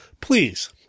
please